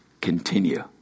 continue